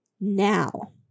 Now